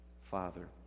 Father